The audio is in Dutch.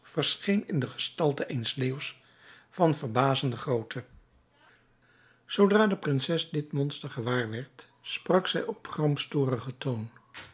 verscheen in de gestalte eens leeuws van verbazende grootte zoodra de prinses dit monster gewaar werd sprak zij op gramstorigen toon